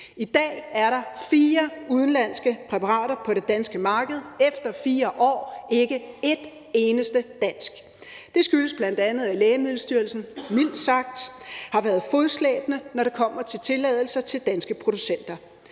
I dag er der fire udenlandske præparater på det danske marked efter 4 år – ikke et eneste dansk. Det skyldes bl.a., at Lægemiddelstyrelsen mildt sagt har været fodslæbende, når det kommer til tilladelser til danske producenter,